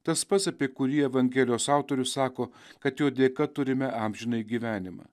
tas pats apie kurį evangelijos autorius sako kad jo dėka turime amžinąjį gyvenimą